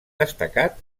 destacat